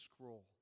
scroll